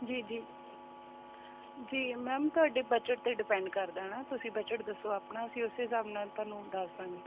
ਜੀ ਜੀ ਜੀ ਮੈਮ ਤੁਹਾਡੇ ਬਜਟ 'ਤੇ ਡਿਪੈਂਡ ਕਰਦਾ ਨਾ ਤੁਸੀਂ ਬਜਟ ਦੱਸੋ ਆਪਣਾ ਅਸੀਂ ਉਸੇ ਹਿਸਾਬ ਨਾਲ਼ ਤੁਹਾਨੂੰ ਦੱਸ ਦਵਾਂਗੇ